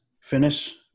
finish